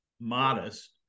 modest